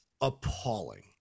appalling